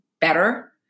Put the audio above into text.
better